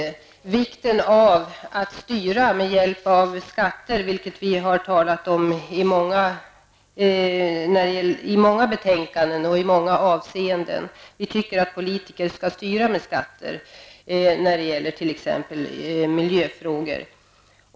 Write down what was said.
Det handlar om vikten av att styra med hjälp av skatter, något som vi har talat om i många avseenden. Det framgår av många betänkanden. Vi tycker alltså att politiker skall styra med skatter t.ex. när det gäller miljöfrågor.